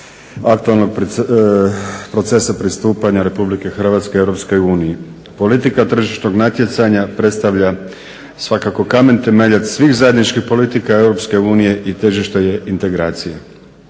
aktualnog procesa pristupanja Republike Hrvatske Europskoj uniji. Politika tržišnog natjecanja predstavlja svakako kamen temeljac svih zajedničkih politika EU i tržišta integracija.